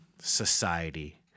society